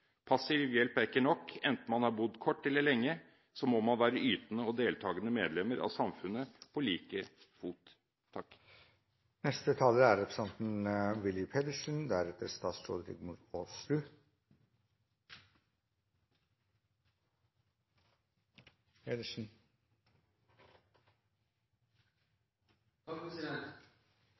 Passiv hjelp er ikke nok. Enten man har bodd kort tid eller lenge, må man være ytende og deltagende medlem av samfunnet – på like fot. Regjeringen behandler i denne stortingsmeldingen prinsipper og rammer for framtidens integreringspolitikk. En av målsettingene i meldingen er